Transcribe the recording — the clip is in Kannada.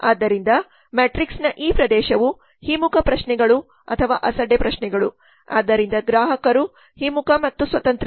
ಆದ್ದರಿಂದ ಮ್ಯಾಟ್ರಿಕ್ಸ್ನ ಈ ಪ್ರದೇಶವು ಹಿಮ್ಮುಖ ಪ್ರಶ್ನೆಗಳು ಅಥವಾ ಅಸಡ್ಡೆ ಪ್ರಶ್ನೆಗಳು ಆದ್ದರಿಂದ ಗ್ರಾಹಕರು ಹಿಮ್ಮುಖ ಮತ್ತು ಸ್ವತಂತ್ರರು